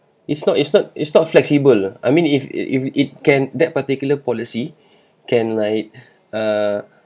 it's not it's not it's not flexible lah I mean if if it can that particular policy can like err